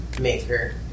maker